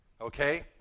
Okay